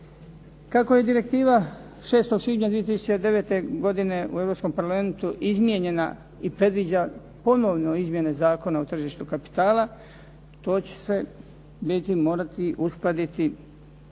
Kako je direktiva 6. svibnja 2009. godine u Europskom parlamentu izmijenjena i predviđa ponovno izmjene Zakona o tržištu kapitala to će se morati uskladiti